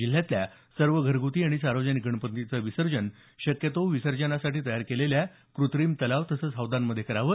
जिल्ह्यातल्या सर्व घरगुती आणि सार्वजनिक गणपतींचं विसर्जन शक्यतो विसर्जनासाठी तयार केलेल्या क्रत्रिम तलाव हौदांमध्ये करावं